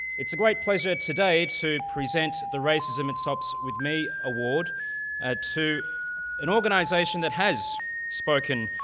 it's a great pleasure today to present the racism, it stops with me award ah to an organization that has spoken.